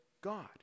God